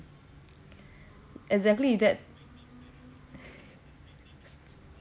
exactly that